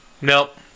Nope